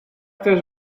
też